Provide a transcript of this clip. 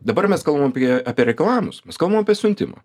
dabar mes kalbam apie apie reikalavimus mes kalbam apie siuntimą